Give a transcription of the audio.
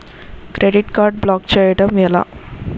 Credit card block చేయడం ఎలా?